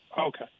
Okay